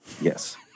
Yes